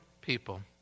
people